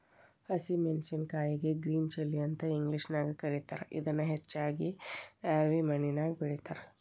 ಹಸಿ ಮೆನ್ಸಸಿನಕಾಯಿಗೆ green chilli ಅಂತ ಇಂಗ್ಲೇಷನ್ಯಾಗ ಕರೇತಾರ, ಇದನ್ನ ಹೆಚ್ಚಾಗಿ ರ್ಯಾವಿ ಮಣ್ಣಿನ್ಯಾಗ ಬೆಳೇತಾರ